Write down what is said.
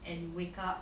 and wake up